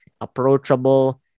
approachable